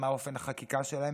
מה אופן החקיקה שלהם,